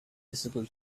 visible